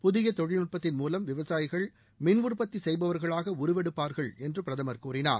புதிய தொழில்நுட்பத்தின் மூவம் விவசாயிகள் மின் உற்பத்தி செய்பவர்களாக உருவெடுப்பார்கள் என்று பிரதமர் கூறினார்